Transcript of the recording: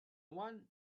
one